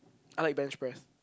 I like bench press